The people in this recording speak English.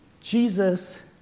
Jesus